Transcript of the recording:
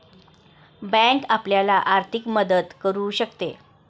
bank आपल्याला आर्थिक मदत करू शकते